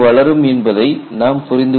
என்பதை நாம் புரிந்து கொள்ள வேண்டும்